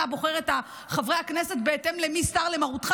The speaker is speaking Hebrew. אתה בוחר את חברי הכנסת בהתאם למי סר למרותך